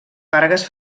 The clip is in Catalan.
fargues